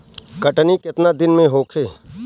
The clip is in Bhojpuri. कटनी केतना दिन में होखे?